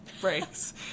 breaks